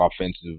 offensive